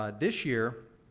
ah this year,